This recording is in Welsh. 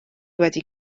wedi